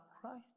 Christ